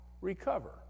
recover